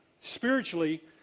spiritually